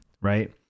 right